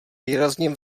výrazně